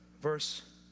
Verse